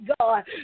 God